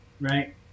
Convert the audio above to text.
right